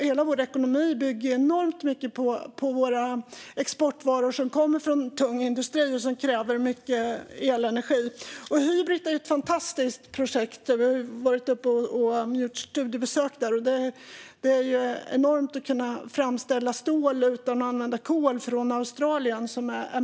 Hela vår ekonomi bygger på våra exportvaror som kommer från tung industri och kräver mycket elenergi. Hybrit är ett fantastiskt projekt. Vi har gjort ett studiebesök där. Det är enormt med målet att kunna framställa stål utan att använda kol från Australien.